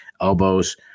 elbows